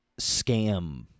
scam